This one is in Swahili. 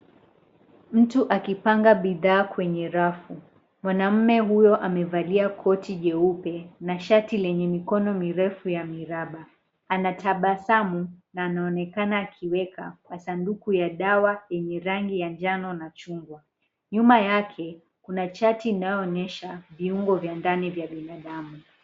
Mtu akipanga bidhaa kwenye rafu. Mwanamume huyo amevalia koti jeupe na shati lenye mikono mirefu ya miraba. Anatabasamu na anaonekana akiweka kwa sanduku ya dawa yenye rangi ya njano na chungwa. Nyuma yake, kuna chati inayoonyesha viungo vya ndani vya binadamu.